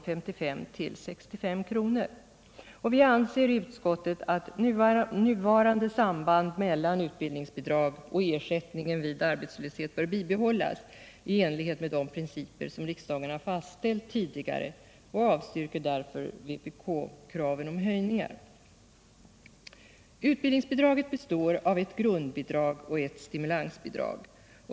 Utbildningsbidraget består av ett grundbidrag och ett stimulansbidrag.